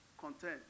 content